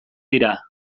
dira